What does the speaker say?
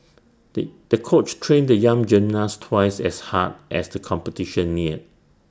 did the coach trained the young gymnast twice as hard as the competition neared